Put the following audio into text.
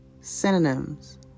synonyms